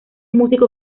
músico